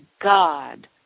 God